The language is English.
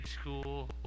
school